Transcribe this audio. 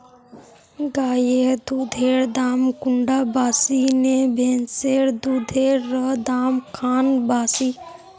गायेर दुधेर दाम कुंडा बासी ने भैंसेर दुधेर र दाम खान बासी?